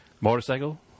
Motorcycle